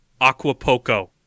Aquapoco